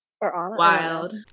wild